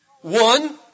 One